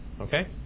okay